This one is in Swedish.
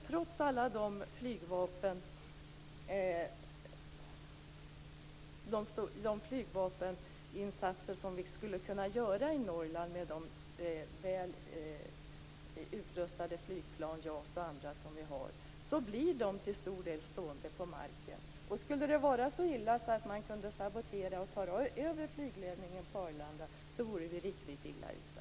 Trots alla de flygvapeninsatser som vi skulle kunna göra i Norrland med de väl utrustade flygplan, JAS och andra, som vi har blir de till stor del stående på marken. Om det skulle vara så illa att man kunde sabotera och ta över flygledningen på Arlanda, då vore vi riktigt illa ute.